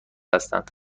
هستند